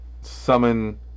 summon